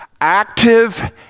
active